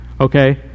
Okay